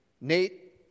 Nate